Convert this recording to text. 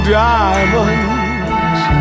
diamonds